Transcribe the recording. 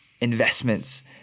investments